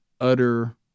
utter